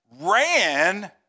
ran